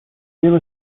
real